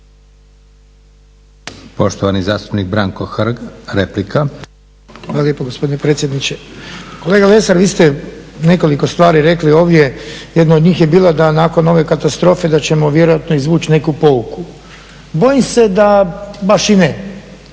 Poštovani zastupnik Goran Marić, replika.